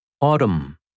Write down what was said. Autumn